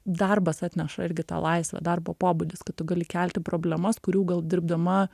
darbas atneša irgi tą laisvę darbo pobūdis kad tu gali kelti problemas kurių gal dirbdama